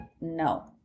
no